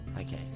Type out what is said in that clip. Okay